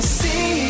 see